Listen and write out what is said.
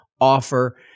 offer